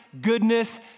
goodness